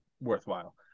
worthwhile